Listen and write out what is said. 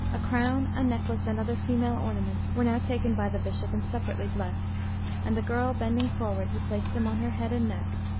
a crown, a necklace, and other female ornaments, were now taken by the bishop and separately blessed and the girl bending forward, he placed them on her head and neck,